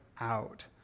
out